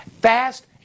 fast